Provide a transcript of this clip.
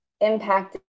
impacted